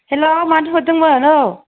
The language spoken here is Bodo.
हेल' मानोथो हरदोंमोन औ